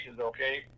okay